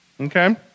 Okay